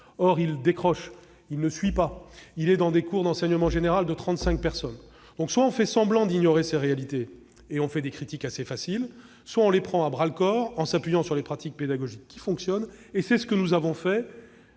Or il décroche, il ne suit pas, il assiste à des cours d'enseignement général dans des classes de 35 élèves. Soit on fait semblant d'ignorer ces réalités et on formule des critiques assez faciles. Soit on les prend à bras-le-corps, en s'appuyant sur les pratiques pédagogiques qui fonctionnent. C'est ce que j'ai fait,